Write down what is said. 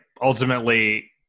ultimately